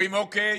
אומרים: אוקיי,